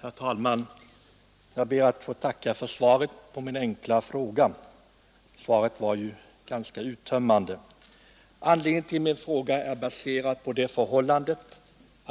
Herr talman! Jag ber att få tacka för svaret på min enkla fråga. Det var ju ganska uttömmande. Anledningen till frågan är att det